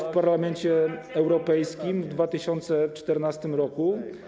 w Parlamencie Europejskim w 2014 r.